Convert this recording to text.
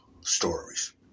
stories